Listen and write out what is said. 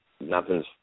nothing's